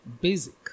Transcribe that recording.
basic